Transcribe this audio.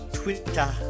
twitter